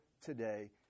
today